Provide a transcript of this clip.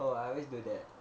oh I always do that